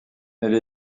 elle